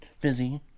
Busy